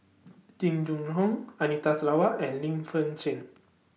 Jing Jun Hong Anita Sarawak and Lim Shen